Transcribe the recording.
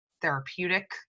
therapeutic